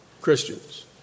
Christians